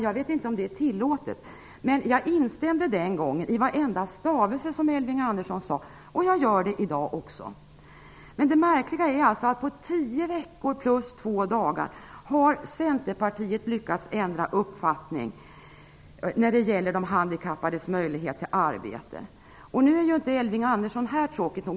Jag vet inte om det är tillåtet, men jag instämde då i varenda stavelse som Elving Andersson sade, och jag gör det i dag också. Men det märkliga är, att på tio veckor och två dagar har Centerpartiet lyckats ändra uppfattning när det gäller handikappades möjligheter till arbete. Nu är tråkigt nog inte Elving Andersson här i kammaren.